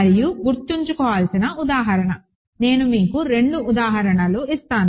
మరియు గుర్తుంచుకోవలసిన ఉదాహరణ నేను మీకు రెండు ఉదాహరణలు ఇస్తాను